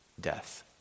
death